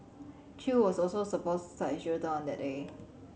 Chew was also supposed to start his jail term on that day